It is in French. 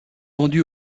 vendu